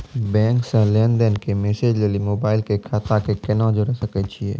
Bank से लेंन देंन के मैसेज लेली मोबाइल के खाता के केना जोड़े सकय छियै?